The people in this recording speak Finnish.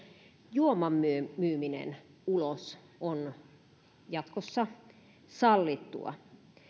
juoman myyminen ulos on jatkossa sallittua